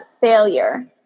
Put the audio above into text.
failure